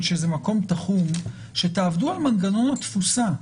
שזה מקום תחום שתעבדו על מנגנון התפוסה,